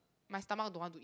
my stomach don't want to eat